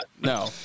No